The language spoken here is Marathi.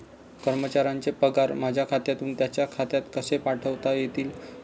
कर्मचाऱ्यांचे पगार माझ्या खात्यातून त्यांच्या खात्यात कसे पाठवता येतील?